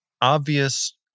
obvious